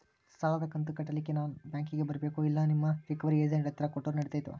ಸಾಲದು ಕಂತ ಕಟ್ಟಲಿಕ್ಕೆ ನಾನ ಬ್ಯಾಂಕಿಗೆ ಬರಬೇಕೋ, ಇಲ್ಲ ನಿಮ್ಮ ರಿಕವರಿ ಏಜೆಂಟ್ ಹತ್ತಿರ ಕೊಟ್ಟರು ನಡಿತೆತೋ?